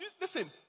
listen